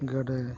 ᱜᱮᱰᱮ